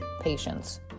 patients